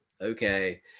okay